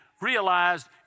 realized